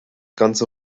ganze